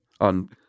On